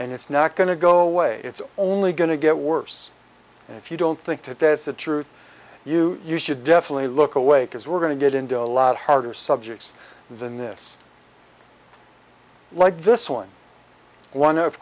and it's not going to go away it's only going to get worse and if you don't think that that's the truth you you should definitely look away because we're going to get into a lot harder subjects than this like this one one of